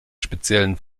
speziellen